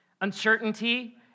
uncertainty